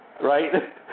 Right